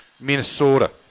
Minnesota